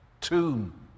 tomb